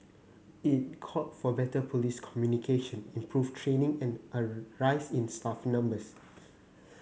it called for better police communication improved training and a rise in staff numbers